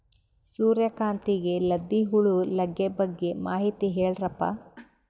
ಸೂರ್ಯಕಾಂತಿಗೆ ಲದ್ದಿ ಹುಳ ಲಗ್ಗೆ ಬಗ್ಗೆ ಮಾಹಿತಿ ಹೇಳರಪ್ಪ?